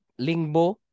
Lingbo